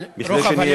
על רוחב הלב שלך.